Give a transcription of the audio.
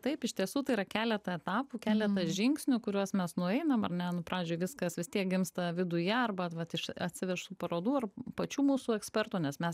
taip iš tiesų tai yra keletą etapų keletą žingsnių kuriuos mes nueinam ar ne nu pradžiai viskas vis tiek gimsta viduje arba vat iš atsivežtų parodų ir pačių mūsų ekspertų nes mes